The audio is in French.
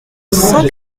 cent